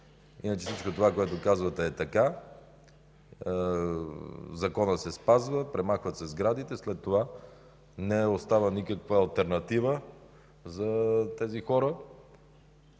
Иначе всичко това, което казвате, е така. Законът се спазва, премахват се сградите, след това не остава никаква алтернатива за тези хора,